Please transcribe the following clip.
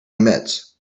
emits